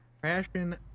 crashing